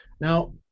Now